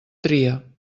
tria